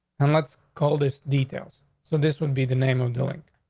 and let's call this details so this would be the name of doing